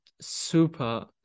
super